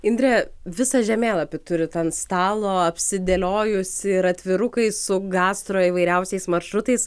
indre visą žemėlapį turit ant stalo apsidėliojusi ir atvirukai su gastro įvairiausiais maršrutais